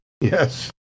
yes